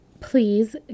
please